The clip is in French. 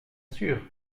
sûr